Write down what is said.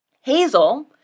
Hazel